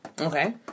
Okay